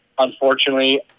Unfortunately